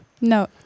No